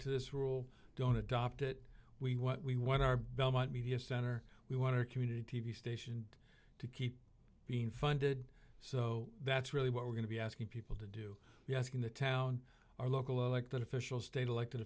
to this rule don't adopt it we want we want our belmont media center we want to a community t v station and to keep being funded so that's really what we're going to be asking people do you ask in the town our local elected officials state elected